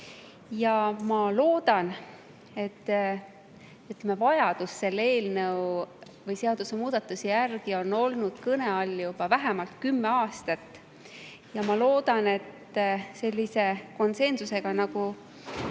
konsensuslikult. Vajadus selle eelnõu või seadusemuudatuse järele on olnud kõne all juba vähemalt kümme aastat. Ma loodan, et sellise konsensusega, nagu